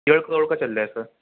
ڈیڑھ کروڑ کا چل رہا ہے سر